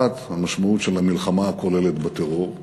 אחת, המשמעות של המלחמה הכוללת בטרור,